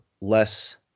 less